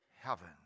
heaven